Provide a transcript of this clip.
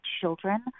children